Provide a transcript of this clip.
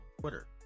Twitter